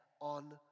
on